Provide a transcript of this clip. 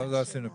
לא עשינו כלום.